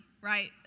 right